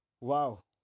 Wow